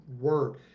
word